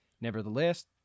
Nevertheless